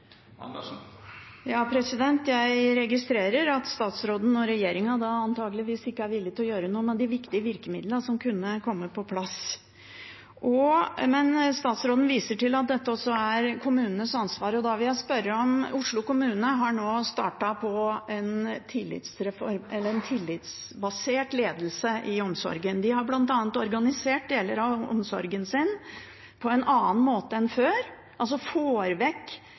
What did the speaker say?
Andersen – til oppfølgingsspørsmål. Jeg registrerer at statsråden – og regjeringen, antakeligvis – ikke er villig til å gjøre noe med de viktige virkemidlene som kunne komme på plass. Men statsråden viser til at dette også er kommunenes ansvar, og da vil jeg spørre om Oslo kommune, som nå har startet med tillitsbasert ledelse i omsorgen. De har bl.a. organisert deler av omsorgen sin på en annen måte enn før, får vekk